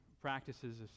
practices